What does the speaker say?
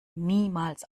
niemals